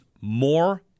more